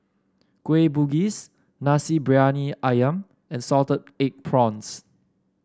Kueh Bugis Nasi Briyani ayam and Salted Egg Prawns